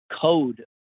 code